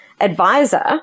advisor